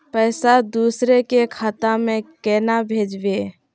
पैसा दूसरे के खाता में केना भेजबे?